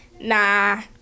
nah